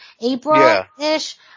April-ish